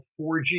4G